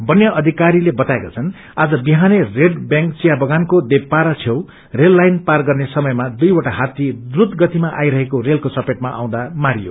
वन अधिकारीले बताएका छन् आज विहानै रेड बैंक चिया बगानको देवपाड़ा छेउ रेल लाईन पार गर्ने समयमा दुईवटा हात्ती द्रूत गतिमा आइरहेको रेलको चपेटमा आउँदा मारियो